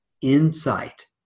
insight